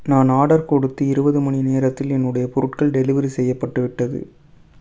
நான் ஆர்டர் கொடுத்து இருபது மணி நேரத்தில் என்னுடைய பொருட்கள் டெலிவரி செய்யப்பட்டுவிட்டது